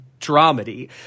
dramedy